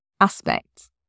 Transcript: aspects